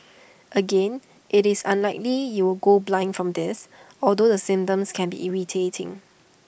again IT is unlikely you will go blind from this although the symptoms can be irritating